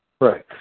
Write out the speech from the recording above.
Right